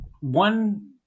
one